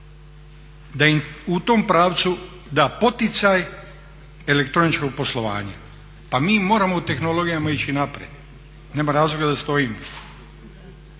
da im u tom pravcu da poticaj elektroničkog poslovanja. Pa mi moramo u tehnologijama ići naprijed, nema razloga da stojimo.